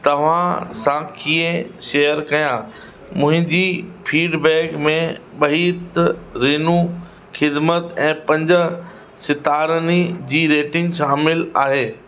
तव्हां सां कीअं शेयर कयां मुंहिंजी फीडबैक में बहितरीनूं ख़िदमत ऐं पंज सितारनि जी रेटिंग आहे